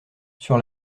sur